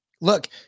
look